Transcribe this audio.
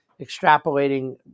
extrapolating